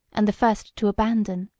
and the first to abandon,